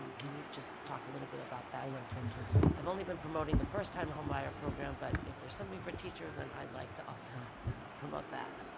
can you just talk a little bit about that? i've and um only been promoting the first-time home buyer program. but if there's something for teachers, then i'd like to also promote that.